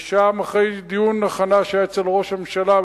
ושם אחרי דיון הכנה שהיה אצל ראש הממשלה,